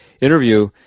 interview